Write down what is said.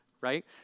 right